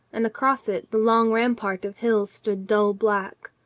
and across it the long rampart of hills stood dull black.